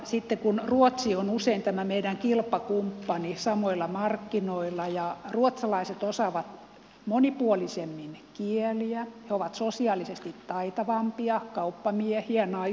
sitten ruotsi on usein meidän kilpakumppanimme samoilla markkinoilla ja ruotsalaiset osaavat monipuolisemmin kieliä he ovat sosiaalisesti taitavampia kauppamiehiä naisia